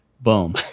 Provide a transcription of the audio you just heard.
Boom